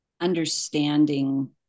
understanding